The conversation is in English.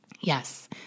Yes